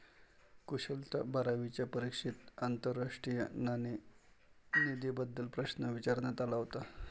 कुशलला बारावीच्या परीक्षेत आंतरराष्ट्रीय नाणेनिधीबद्दल प्रश्न विचारण्यात आला होता